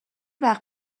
وقت